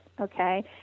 okay